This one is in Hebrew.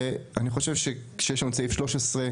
ואני חושב שכשיש לנו את סעיף (13),